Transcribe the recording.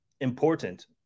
important